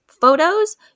photos